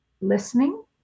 listening